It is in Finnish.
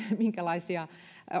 minkälaisia